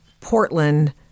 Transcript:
Portland